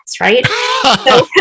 right